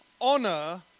honor